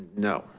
no,